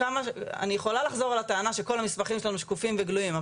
אני יכולה לחזור על הטענה שכל המסמכים שלנו שקופים וגלויים.